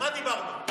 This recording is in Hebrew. מה דיברנו?